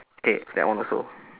K that one also